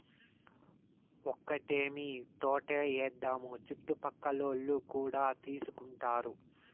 ఒక్కటేమీ తోటే ఏద్దాము చుట్టుపక్కలోల్లు కూడా తీసుకుంటారు